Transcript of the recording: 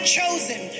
chosen